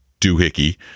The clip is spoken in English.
doohickey